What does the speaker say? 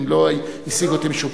אם לא השיג אותי מישהו.